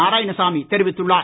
நாராயணசாமி தெரிவித்துள்ளார்